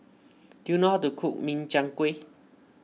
do you know how to cook Min Chiang Kueh